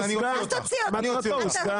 אני אוציא אותך.